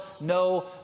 no